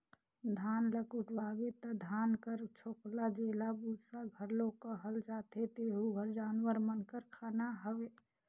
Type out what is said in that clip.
धान ल कुटवाबे ता धान कर छोकला जेला बूसा घलो कहल जाथे तेहू हर जानवर मन कर खाना हवे